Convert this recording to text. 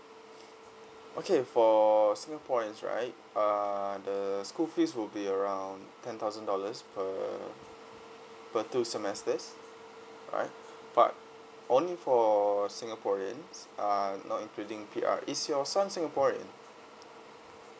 okay for singaporeans right uh the school fees will be around ten thousand dollars per per two semesters alright but only for singaporeans uh not including P_R is your son singaporean